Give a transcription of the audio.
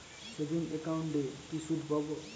Savings একাউন্টে কি সুদ পাব?